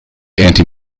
anti